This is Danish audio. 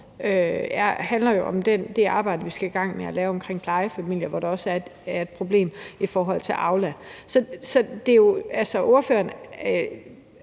handler jo om det arbejde, vi skal i gang med at lave omkring plejefamilier, hvor der også er et problem i forhold til Aula. Så ordføreren